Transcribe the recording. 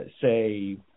say